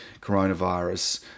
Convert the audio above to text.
coronavirus